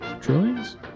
Trillions